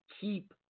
keep